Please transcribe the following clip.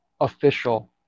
official